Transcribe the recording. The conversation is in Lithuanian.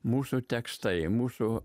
mūsų tekstai mūsų